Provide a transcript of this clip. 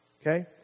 okay